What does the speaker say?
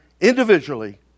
individually